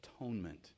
atonement